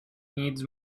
needs